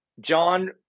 John